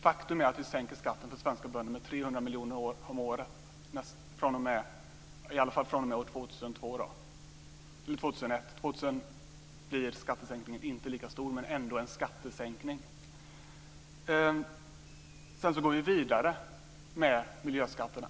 Faktum är att vi sänker skatten för svenska bönder med 300 miljoner om året fr.o.m. år 2001. År 2000 blir skattesänkningen inte lika stor, men det blir ändå en skattesänkning. Sedan går vi vidare med miljöskatterna.